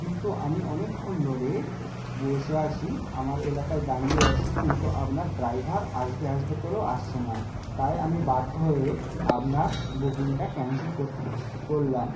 কিন্তু আমি অনেকক্ষণ ধরে বসে আছি আমার এলাকায় দাঁড়িয়ে আছি কিন্তু আপনার ড্রাইভার আসবে আসবে করেও আসছে না তাই আমি বাধ্য হয়ে আপনার বুকিংটা ক্যানসেল করলাম